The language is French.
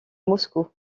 moscou